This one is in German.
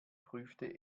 prüfte